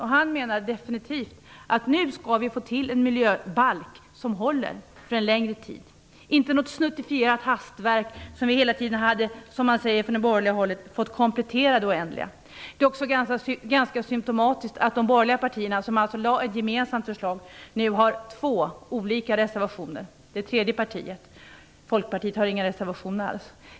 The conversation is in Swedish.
Han menar att vi nu måste få till stånd en miljöbalk som håller för en längre tid - inte något snuttifierat hastverk som vi, som man säger från det borgerliga hållet, hade "fått komplettera" i det oändliga. Det är också symtomatiskt att de borgerliga partierna, som alltså lade fram ett gemensamt förslag, nu har två olika reservationer. Det tredje partiet, Folkpartiet, har ingen reservation alls.